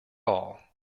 all